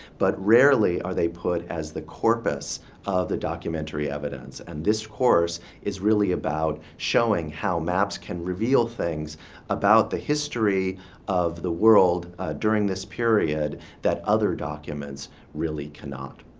but rarely are they put as the corpus of a documentary evidence. and this course is really about showing how maps can reveal things about the history of the world during this period that other documents really cannot.